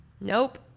Nope